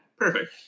Perfect